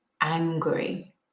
angry